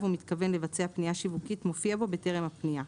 הוא מתכוון לבצע פנייה שיווקית מופיע בו בטרם הפנייה,